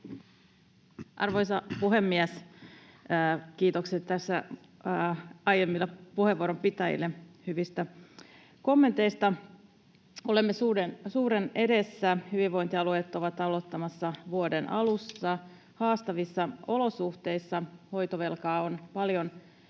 Arvoisa puhemies! Kiitokset aiemmille puheenvuoron pitäjille hyvistä kommenteista. Olemme suuren edessä. Hyvinvointialueet ovat aloittamassa vuoden alussa haastavissa olosuhteissa. Hoitovelkaa on paljon harteilla,